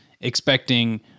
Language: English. expecting